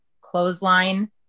clothesline